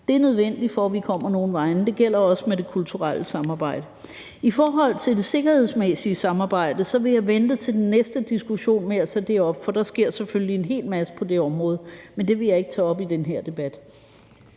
Det er nødvendigt for, at vi kommer nogen vegne, og det gælder også med det kulturelle samarbejde. I forhold til det sikkerhedsmæssige samarbejde vil jeg vente til den næste diskussion med at tage det op, for der sker selvfølgelig en hel masse på det område, men det vil jeg ikke tage op i den her debat.